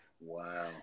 Wow